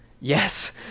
Yes